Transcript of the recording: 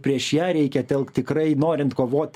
prieš ją reikia telkt tikrai norint kovoti